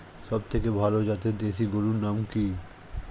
সবথেকে ভালো জাতের দেশি গরুর নাম কি?